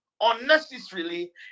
unnecessarily